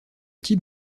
type